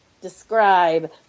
describe